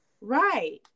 Right